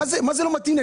מה זה לא מתאים לי?